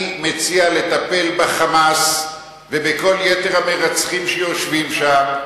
אני מציע לטפל ב"חמאס" ובכל יתר המרצחים שיושבים שם,